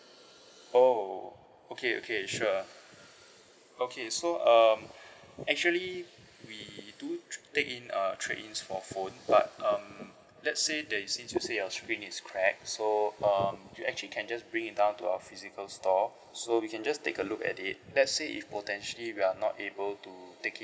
oh okay okay sure okay so um actually we do take in uh trade-ins for phone but um let's say there is since you said your screen is cracked so um you actually can just bring it down to our physical store so we can just take a look at it let's say potentially we are not able to take in